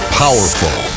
powerful